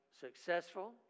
successful